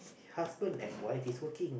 husband and wife is working